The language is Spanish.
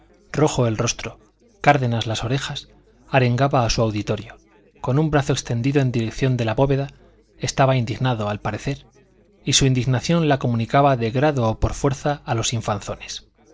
rojo el rostro cárdenas las orejas arengaba a su auditorio con un brazo extendido en dirección de la bóveda estaba indignado al parecer y su indignación la comunicaba de grado o por fuerza a los infanzones